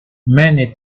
many